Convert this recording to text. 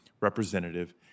representative